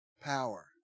power